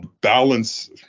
balance